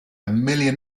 million